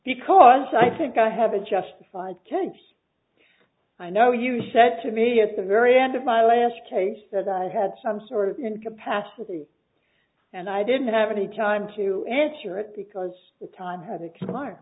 because i think i have a justified tense i know you said to me at the very end of my last case that i had some sort of incapacity and i didn't have any time to answer it because the time has expired